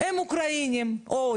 יש לא מעט אוקראינים שגם